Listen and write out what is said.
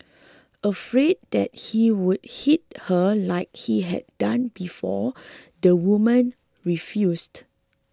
afraid that he would hit her like he had done before the woman refused